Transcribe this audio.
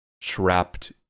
trapped